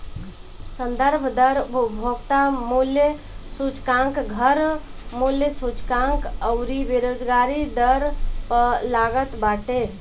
संदर्भ दर उपभोक्ता मूल्य सूचकांक, घर मूल्य सूचकांक अउरी बेरोजगारी दर पअ लागत बाटे